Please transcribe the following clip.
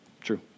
true